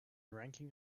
ranking